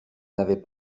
n’avait